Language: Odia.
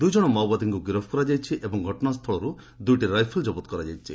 ଦୁଇ ଜଣ ମାଓବାଦୀଙ୍କୁ ଗିରଫ କରାଯାଇଛି ଏବଂ ଘଟଣାସ୍ଥଳରୁ ଦୁଇଟି ରାଇଫଲ୍ ଜବତ କରାଯାଇଛି